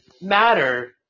matter